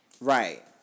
Right